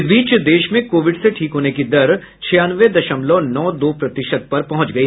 इस बीच देश में कोविड से ठीक होने की दर छियानवे दशमलव नौ दो प्रतिशत पर पहुंच गई